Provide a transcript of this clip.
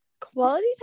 Quality